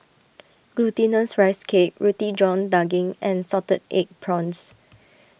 Glutinous Rice Cake Roti John Daging and Salted Egg Prawns